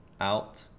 Out